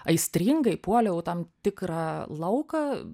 aistringai puoliau į tam tikrą lauką